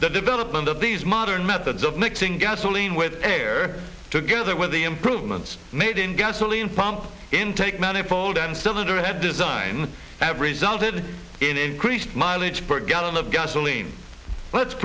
the development of these modern methods of mixing gasoline with air together with the improvements made in gasoline pump intake manifold and cylinder head design have resulted in increased mileage per gallon of gasoline let's